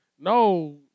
no